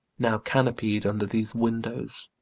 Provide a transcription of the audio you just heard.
now canopied under these windows